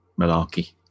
malarkey